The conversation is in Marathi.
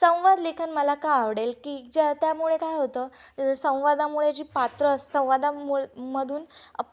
संवादलेखन मला का आवडेल की ज्या त्यामुळे काय होतं संवादामुळे जी पात्र अस संवादामुळ मधून